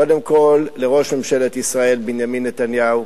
קודם כול, לראש ממשלת ישראל בנימין נתניהו.